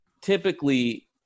typically